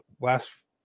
last